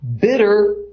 bitter